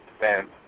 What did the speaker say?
fans